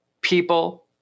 People